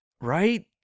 Right